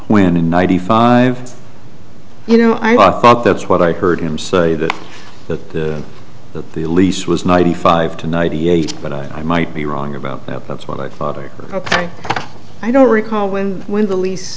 when in ninety five you know i bought that's what i heard him say that that that the lease was ninety five to ninety eight but i might be wrong about that that's what i thought it i don't recall when the leas